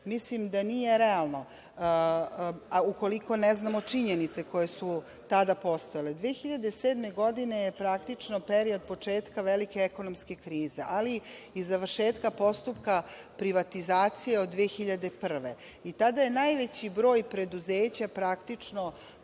mislim da nije realno ukoliko ne znamo činjenice koje su tada postojale. Godine 2007. praktično je period početka velike ekonomske krize, ali i završetka postupka privatizacije od 2001. godine. Tada je najveći broj preduzeća praktično